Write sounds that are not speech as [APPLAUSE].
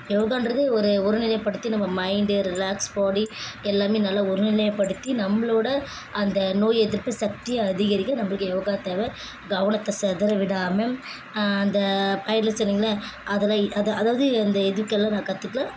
யோகான்றது ஒரு ஒருநிலைப்படுத்தி நம்ம மைண்டு ரிலாக்ஸ் பாடி எல்லாமே நல்லா ஒருநிலையப்படுத்தி நம்பளோட அந்த நோய் எதிர்ப்பு சக்தியை அதிகரிக்க நம்பளுக்கு யோகா தேவை கவனத்தை சிதற விடாமல் அந்த [UNINTELLIGIBLE] சொன்னிங்கள்ல அதெல்லாம் அது அதாவது அந்த இதுக்கெல்லாம் நான் கற்றுக்கல